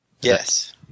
Yes